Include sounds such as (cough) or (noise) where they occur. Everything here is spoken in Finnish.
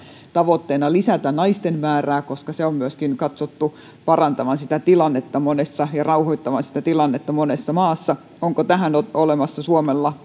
on tavoitteena lisätä naisten määrää koska sen on myöskin katsottu parantavan tilannetta ja rauhoittavan tilannetta monessa maassa onko tähän olemassa suomella (unintelligible)